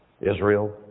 Israel